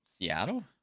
Seattle